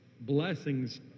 blessings